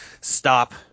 stop